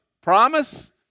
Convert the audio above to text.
promise